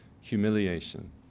humiliation